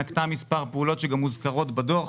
נקטה מספר פעולות שגם מוזכרות בדוח,